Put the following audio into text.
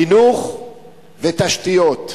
חינוך ותשתיות.